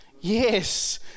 Yes